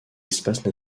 espace